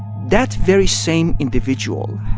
that very same individual,